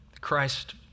Christ